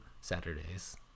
Saturdays